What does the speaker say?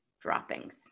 droppings